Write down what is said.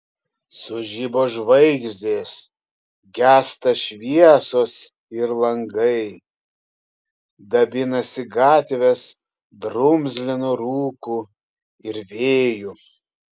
sužibo žvaigždės gęsta šviesos ir langai dabinasi gatvės drumzlinu rūku ir vėju